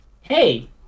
Hey